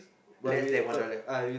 less than one dollar